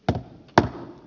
tätä taa